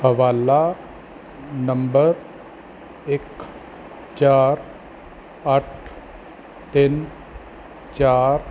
ਹਵਾਲਾ ਨੰਬਰ ਇੱਕ ਚਾਰ ਅੱਠ ਤਿੰਨ ਚਾਰ